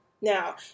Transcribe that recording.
Now